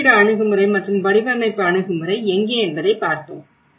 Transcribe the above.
இருப்பிட அணுகுமுறை மற்றும் வடிவமைப்பு அணுகுமுறை எங்கே என்பதை பார்த்தோம்